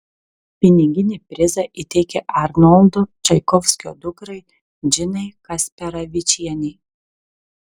piniginį prizą įteikė arnoldo čaikovskio dukrai džinai kasperavičienei